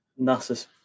nasa